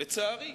לצערי,